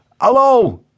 Hello